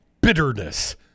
bitterness